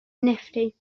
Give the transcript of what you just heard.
nifty